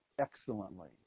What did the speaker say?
excellently